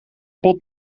pot